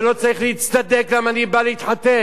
ולא צריך להצטדק למה אני בא להתחתן.